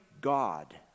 God